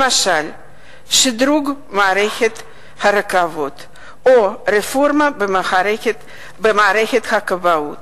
למשל שדרוג מערכת הרכבות או רפורמה במערכת הכבאות